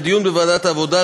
לדיון בוועדת העבודה,